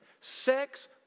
Sex